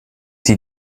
die